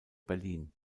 berlin